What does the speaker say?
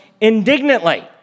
indignantly